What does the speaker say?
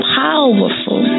powerful